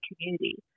community